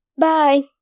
Bye